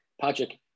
Patrick